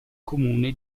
comune